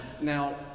now